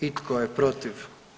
I tko je protiv?